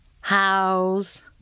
house